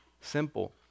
Simple